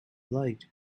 light